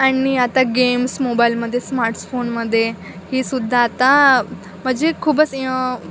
आणि आता गेम्स मोबाईलमध्ये स्मार्ट्सफोनमध्येही सुद्धा आत्ता म्हणजे खूपच